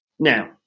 Now